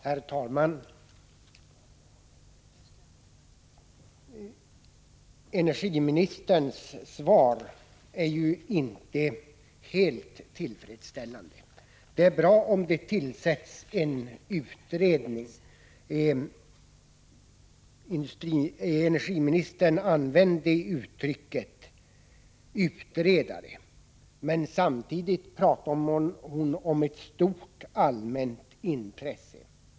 Herr talman! Energiministerns svar är inte helt tillfredsställande. Det är bra om det tillsätts en utredning. Energiministern använder uttrycket ”utredare”, men samtidigt pratar hon om ett stort allmänt intresse.